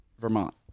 Vermont